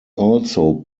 also